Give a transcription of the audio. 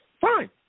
fine